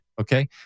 Okay